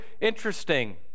interesting